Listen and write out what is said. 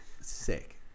Sick